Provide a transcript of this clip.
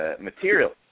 materials